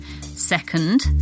Second